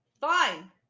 Fine